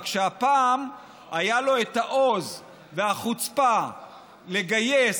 רק שהפעם היה לו את העוז והחוצפה לגייס